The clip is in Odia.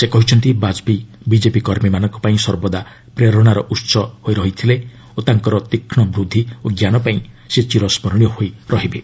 ସେ କହିଛନ୍ତି ବାଜପେୟୀ ବିଜେପି କର୍ମୀମାନଙ୍କ ପାଇଁ ସର୍ବଦା ପ୍ରେରଣାର ଉହ ହୋଇ ରହିଛନ୍ତି ଓ ତାଙ୍କର ତୀକ୍ଷ୍କ ବୃଦ୍ଧି ଓ ଜ୍ଞାନ ପାଇଁ ସେ ଚିରସ୍କରଣୀୟ ହୋଇ ରହିବେ